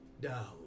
Down